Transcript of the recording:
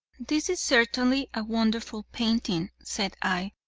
this is certainly a wonderful painting, said i,